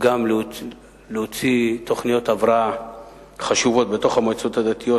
גם להוציא תוכניות הבראה חשובות בתוך המועצות הדתיות,